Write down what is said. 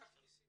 תסבירי